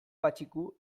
patxiku